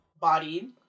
Body